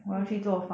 mm